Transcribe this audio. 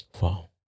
Wow